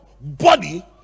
body